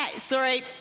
Sorry